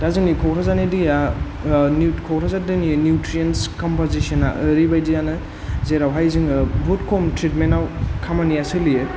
दा जोंनि कक्राझारनि दैया निउ कक्राझारनि दैनि निउट्रियेन्स कम्पजिस ना ओरैबायदियानो जेरावहाय जोङो बहुद खम ट्रिटमेन्टाव खामानिया सोलियो